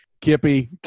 Kippy